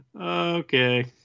Okay